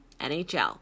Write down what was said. NHL